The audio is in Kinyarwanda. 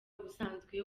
ubusanzwe